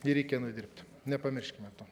jį reikia nudirbt nepamirškime to